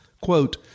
quote